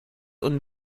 und